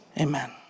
amen